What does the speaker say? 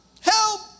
help